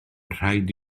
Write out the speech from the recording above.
rhaid